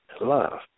love